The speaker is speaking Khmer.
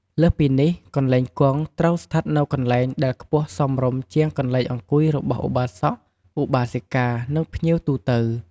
លើសពីនេះ កន្លែងគង់ត្រូវស្ថិតនៅកន្លែងដែលខ្ពស់សមរម្យជាងកន្លែងអង្គុយរបស់ឧបាសក-ឧបាសិកា និងភ្ញៀវទូទៅ។